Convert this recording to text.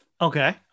Okay